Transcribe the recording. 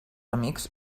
amics